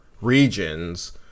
regions